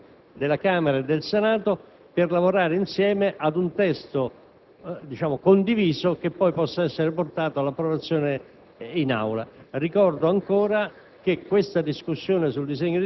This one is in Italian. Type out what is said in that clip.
creando una Commissione congiunta del Governo, della Camera e del Senato che lavori su un testo condiviso che possa poi essere portato all'approvazione